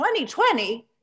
2020